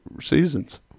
seasons